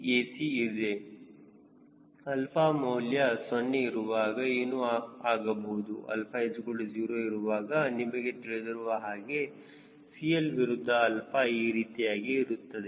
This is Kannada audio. c ಇದೆ ಅಲ್ಪ ಮೌಲ್ಯ 0 ಇರುವಾಗ ಏನು ಆಗಬಹುದು 𝛼 0 ಇರುವಾಗ ನಿಮಗೆ ತಿಳಿದಿರುವ ಹಾಗೆ CL ವಿರುದ್ಧ 𝛼 ಈ ರೀತಿಯಾಗಿ ಇರುತ್ತದೆ